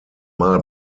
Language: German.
mal